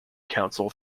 council